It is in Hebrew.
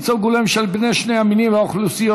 ייצוג הולם של בני שני המינים והאוכלוסייה